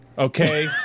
okay